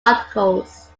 articles